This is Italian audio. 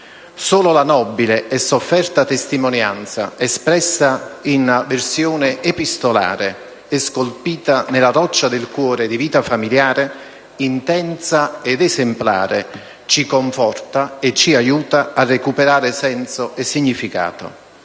Solo la nobile e sofferta testimonianza espressa in versione epistolare, e scolpita nella roccia del cuore di vita familiare, intensa ed esemplare, ci conforta e ci aiuta a recuperare senso e significato,